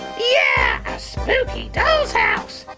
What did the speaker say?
yeah! a spooky doll's house.